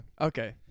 Okay